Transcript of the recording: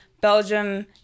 Belgium